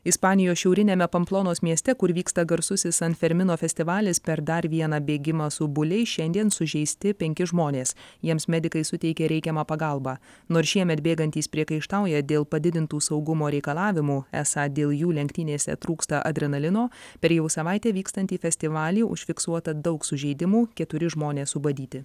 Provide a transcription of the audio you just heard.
ispanijos šiauriniame pamplonos mieste kur vyksta garsusis san fermino festivalis per dar vieną bėgimą su buliais šiandien sužeisti penki žmonės jiems medikai suteikė reikiamą pagalbą nors šiemet bėgantys priekaištauja dėl padidintų saugumo reikalavimų esą dėl jų lenktynėse trūksta adrenalino per jau savaitę vykstantį festivalį užfiksuota daug sužeidimų keturi žmonės subadyti